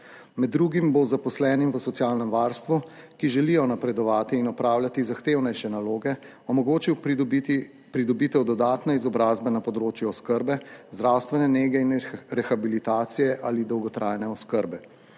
Med drugim bo zaposlenim v socialnem varstvu, ki želijo napredovati in opravljati zahtevnejše naloge, omogočil pridobitev dodatne izobrazbe na področju oskrbe, zdravstvene nege in rehabilitacije ali dolgotrajne oskrbe.